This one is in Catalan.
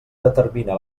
determina